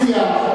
אני מציע שבאמת,